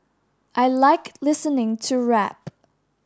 I like listening to rap